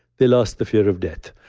they lost the fear of death.